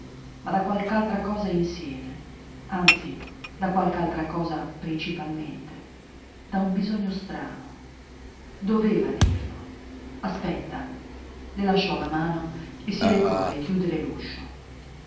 ma da qualch'altra cosa insieme anzi da qualche altra cosa principalmente da un bisogno strano doveva dirlo aspetta le lasciò la mano e si recò a richiudere